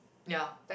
ya